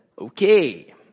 okay